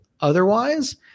otherwise